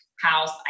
house